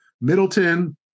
Middleton